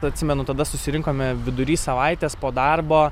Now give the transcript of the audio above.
atsimenu tada susirinkome vidury savaitės po darbo